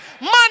money